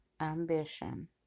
ambition